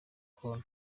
col